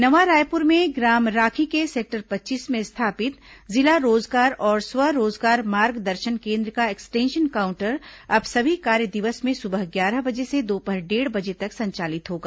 नवा रायपुर में ग्राम राखी के सेक्टर पच्चीस में स्थापित जिला रोजगार और स्व रोजगार मार्गदर्शन केन्द्र का एक्सटेंशन काउंटर अब सभी कार्य दिवस में सुबह ग्यारह बजे से दोपहर डेढ़ बजे तक संचालित होगा